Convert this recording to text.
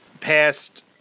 past